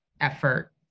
effort